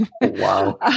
Wow